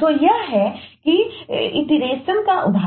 तो यह ये हैं कि यह इटरेशन भेजे